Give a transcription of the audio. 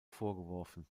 vorgeworfen